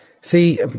See